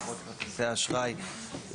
חברות כרטיסי אשראי,